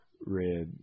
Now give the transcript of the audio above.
read